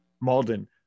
Malden